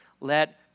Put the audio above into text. let